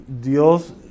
Dios